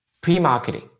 pre-marketing